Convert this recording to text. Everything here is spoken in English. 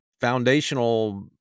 foundational